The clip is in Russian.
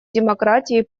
демократии